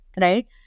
right